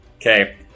Okay